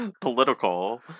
political